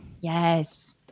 Yes